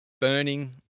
burning